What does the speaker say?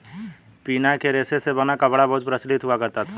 पिना के रेशे से बना कपड़ा बहुत प्रचलित हुआ करता था